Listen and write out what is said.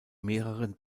mehreren